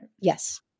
Yes